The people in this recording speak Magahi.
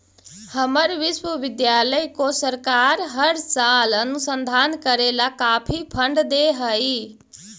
हमर विश्वविद्यालय को सरकार हर साल अनुसंधान करे ला काफी फंड दे हई